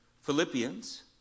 Philippians